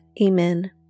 Amen